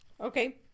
okay